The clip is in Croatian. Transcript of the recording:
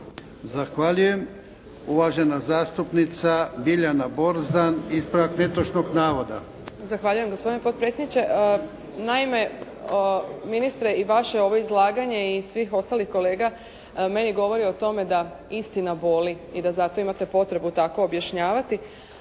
Zahvaljujem. Uvažena zastupnica Biljana Borzan, ispravak netočnog navoda.